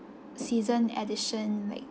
season addition like